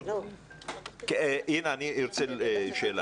אינה, אני רוצה שאלה.